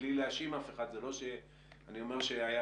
בלי להאשים אף אחד אני לא אומר שהייתה